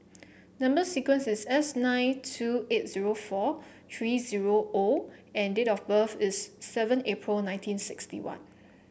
number sequence is S nine two eight zero four three zero O and date of birth is seven April nineteen sixty one